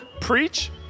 Preach